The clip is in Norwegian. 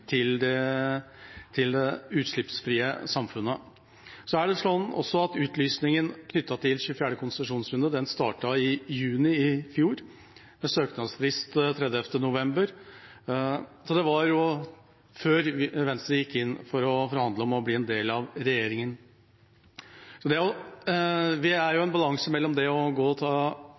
utslippsfrie samfunnet. Utlysningen knyttet til 24. konsesjonsrunde startet i juni i fjor med søknadsfrist 30. november. Dette var før Venstre gikk inn for å forhandle om å bli en del av regjeringen. Vi er i en balanse mellom det å ta omkamper om fortida knyttet til